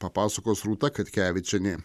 papasakos rūta katkevičienė